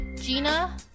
Gina